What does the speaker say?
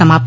समाप्त